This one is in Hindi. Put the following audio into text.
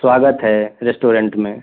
स्वागत है रेस्टोरेंट में